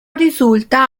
risulta